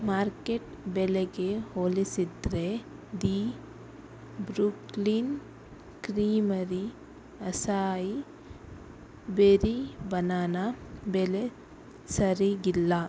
market ಬೆಲೆಗೆ ಹೋಲಿಸಿದರೆ the Brooklyn creamery acai berry banana ಬೆಲೆ ಸರೀಗಿಲ್ಲ